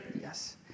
Yes